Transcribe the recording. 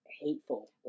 hateful